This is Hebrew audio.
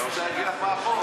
אבל אני רוצה להגיד לך מה החוק,